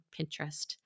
Pinterest